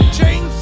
Chain